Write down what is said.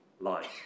life